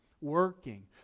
working